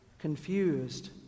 Confused